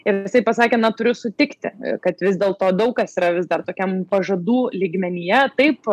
ir jisai pasakė na turiu sutikti kad vis dėlto daug kas yra vis dar tokiam pažadų lygmenyje taip